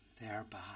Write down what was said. thereby